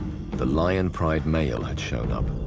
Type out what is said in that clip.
the lion pride male had shown up.